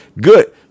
good